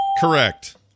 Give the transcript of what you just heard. correct